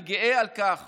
אני גאה על כך